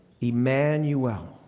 Emmanuel